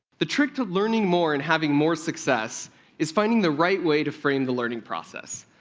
the trick to learning more and having more success is finding the right way to frame the learning process.